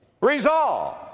resolve